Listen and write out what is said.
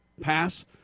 pass